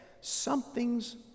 Something's